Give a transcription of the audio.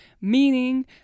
meaning